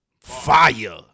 Fire